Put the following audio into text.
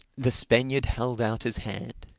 the spaniard held out his hand.